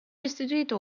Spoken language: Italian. istituito